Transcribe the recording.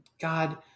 God